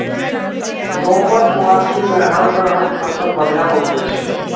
दोमट माटि मे हर तरहक फसल बढ़िया उपजै छै